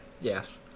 Yes